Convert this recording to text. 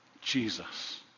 Jesus